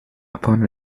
upon